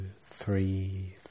three